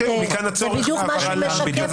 זה בדיוק מה שהוא משקף